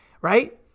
right